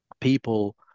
people